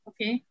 Okay